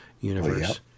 universe